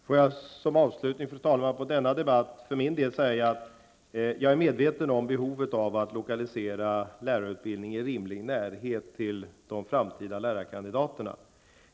Fru talman! Får jag som avslutning på denna debatt för min del säga att jag är medveten om behovet av att lokalisera lärarutbildning i rimlig närhet till de framtida lärarkandidaterna.